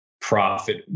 profit